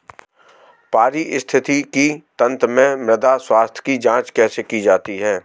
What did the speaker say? पारिस्थितिकी तंत्र में मृदा स्वास्थ्य की जांच कैसे की जाती है?